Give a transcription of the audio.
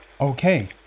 okay